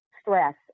stress